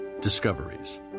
Discoveries